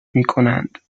میکنند